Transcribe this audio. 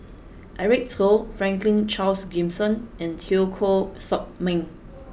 Eric Teo Franklin Charles Gimson and Teo Koh Sock Miang